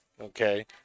okay